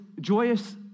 joyous